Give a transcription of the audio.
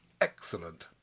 Excellent